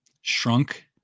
shrunk